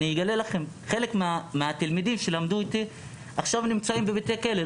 חלק מהתלמידים שלמדו איתי נמצאים בבתי הכלא.